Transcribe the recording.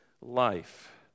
life